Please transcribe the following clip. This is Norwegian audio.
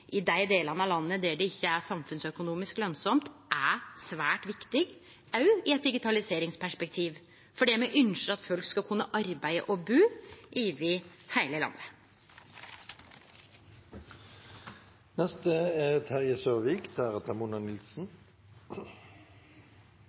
i dei delane av landet der det ikkje er samfunnsøkonomisk lønsamt, er svært viktig, òg i eit digitaliseringsperspektiv, fordi me ynskjer at folk skal kunne arbeide og bu over heile landet. Staten Norge er